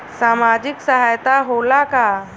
सामाजिक सहायता होला का?